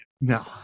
No